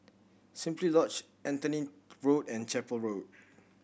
Simply Lodge Anthony Road and Chapel Road